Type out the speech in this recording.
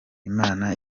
imana